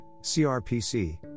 crpc